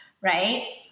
right